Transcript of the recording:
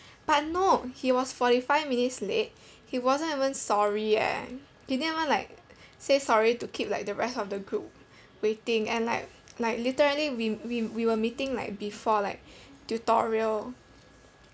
but no he was forty five minutes late he wasn't even sorry leh he didn't even like say sorry to keep like the rest of the group waiting and like like literally we we we were meeting like before like tutorial